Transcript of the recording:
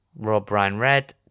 RobRyanRed